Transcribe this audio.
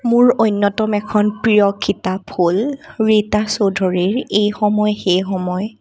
মোৰ অন্যতম এখন প্ৰিয় কিতাপ হ'ল ৰীতা চৌধুৰীৰ এই সময় সেই সময়